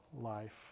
life